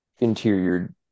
interior